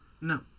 no